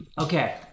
Okay